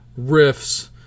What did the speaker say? riffs